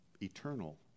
eternal